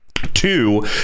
two